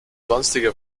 sonstige